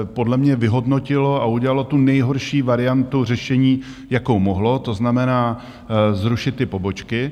Podle mě vyhodnotilo a udělalo tu nejhorší variantu řešení jakou mohlo, to znamená zrušit ty pobočky.